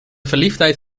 verliefdheid